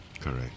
Correct